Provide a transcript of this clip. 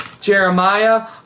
Jeremiah